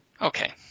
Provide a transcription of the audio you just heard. Okay